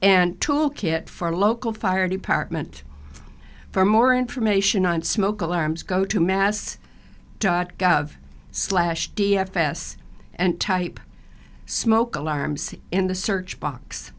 and tool kit for local fire department for more information on smoke alarms go to mass dot gov slash d f s and type smoke alarms in the search box